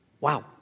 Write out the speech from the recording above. Wow